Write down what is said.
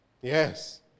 Yes